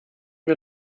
wir